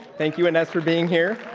thank you enough for being here.